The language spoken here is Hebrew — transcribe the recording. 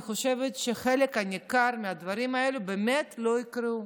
אני חושבת שחלק ניכר מהדברים האלה באמת לא יקרו,